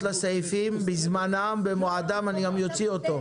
לסעיפים בזמנם ובמועדם אני אוציא אותו.